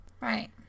Right